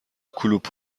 کلوپ